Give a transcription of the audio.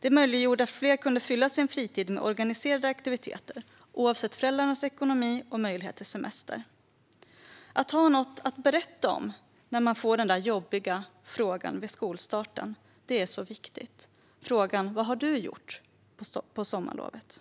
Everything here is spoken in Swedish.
Det möjliggjorde att fler kunde fylla sin fritid med organiserade aktiviteter, oavsett föräldrarnas ekonomi och möjlighet till semester. Det är så viktigt att ha något att berätta om när man får den där jobbiga frågan vid skolstarten: "Vad har du gjort på sommarlovet?"